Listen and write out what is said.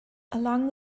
along